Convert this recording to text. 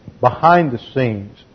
behind-the-scenes